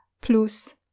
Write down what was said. plus